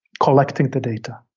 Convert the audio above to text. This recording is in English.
collecting the data